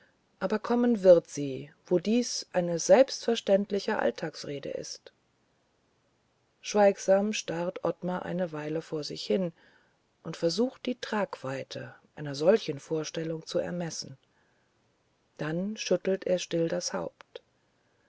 aber kommen wird sie wo dies eine selbstverständliche alltagsrede ist schweigsam starrt ottmar eine weile vor sich hin und versucht die tragweite einer solchen vorstellung zu ermessen dann schüttelt er still das haupt